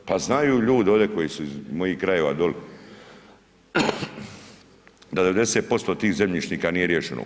Pa znaju ljudi, ovdje koji su iz mojih krajeva dole, 90% tih zemljišnima nije riješeno.